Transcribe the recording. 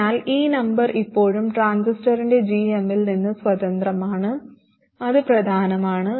അതിനാൽ ഈ നമ്പർ ഇപ്പോഴും ട്രാൻസിസ്റ്ററിന്റെ gm ൽ നിന്ന് സ്വതന്ത്രമാണ് അത് പ്രധാനമാണ്